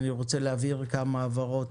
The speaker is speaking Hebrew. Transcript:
אני רוצה להבהיר כמה הבהרות.